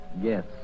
Yes